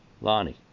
Lonnie